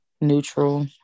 neutral